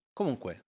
Comunque